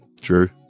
True